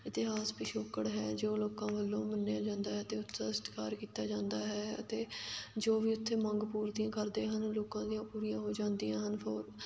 ਇਤਿਹਾਸ ਪਿਛੋਕੜ ਹੈ ਜੋ ਲੋਕਾਂ ਵੱਲੋਂ ਮੰਨਿਆਂ ਜਾਂਦਾ ਅਤੇ ਉੱਥੇ ਦਾ ਸਤਿਕਾਰ ਕੀਤਾ ਜਾਂਦਾ ਹੈ ਅਤੇ ਜੋ ਵੀ ਉੱਥੇ ਮੰਗ ਪੂਰਦੀਆਂ ਕਰਦੇ ਹਨ ਲੋਕਾਂ ਦੀਆਂ ਪੂਰੀਆਂ ਹੋ ਜਾਂਦੀਆਂ ਹਨ ਫੋਰ